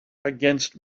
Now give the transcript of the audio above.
against